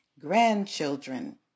grandchildren